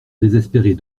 désespérer